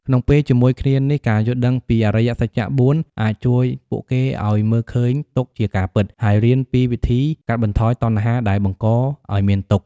ក្នុងពេលជាមួយគ្នានេះ ការយល់ដឹងពីអរិយសច្ចៈ ៤ អាចជួយពួកគេឲ្យមើលឃើញទុក្ខជាការពិត ហើយរៀនពីវិធីកាត់បន្ថយតណ្ហាដែលបង្កឲ្យមានទុក្ខ។